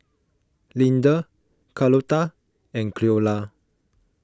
Leander Carlota and Cleola